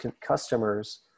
customers